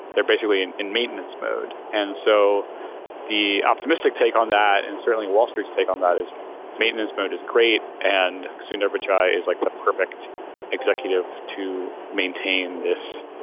they're basically and in maintenance mode and so the optimistic take on that and certainly wall street's take on that is maintenance mode is great and soon everychild is like the perfect executive to maintain this.